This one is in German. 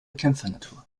kämpfernatur